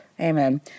Amen